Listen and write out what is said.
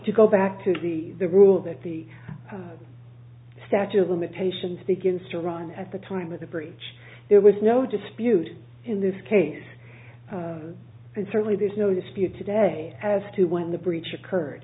to go back to the rule that the statute of limitations begins to run at the time of the breach there was no dispute in this case and certainly there's no dispute to day as to when the breach occurred